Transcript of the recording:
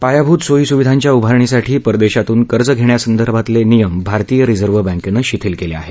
पायाभुत सोयी सुविधांच्या उभारणीसाठी परदेशातून कर्ज घेण्यासंबंधींचे नियम भारतीय रिझर्व्ह बँकेनं शिथील केले आहेत